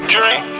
Drink